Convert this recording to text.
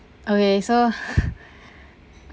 okay so